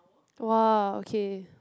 !wah! okay